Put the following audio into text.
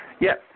Yes